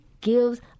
gives